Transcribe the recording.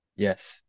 yes